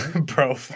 bro